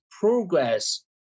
progress